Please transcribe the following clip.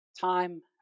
time